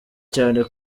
cyane